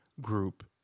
group